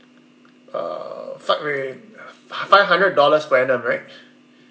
uh fi~ wait wait wait f~ five hundred dollars per annum right